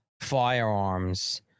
firearms